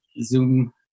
Zoom